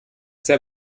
sehr